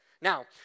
now